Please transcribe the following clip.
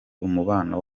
umubano